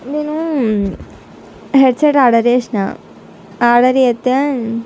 నేను headset order చేసిన order చేస్తే